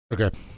Okay